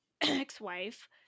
ex-wife